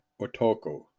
Otoko